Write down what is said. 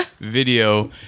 Video